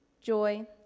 joy